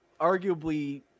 arguably